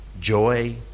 joy